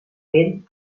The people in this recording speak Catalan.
vent